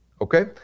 okay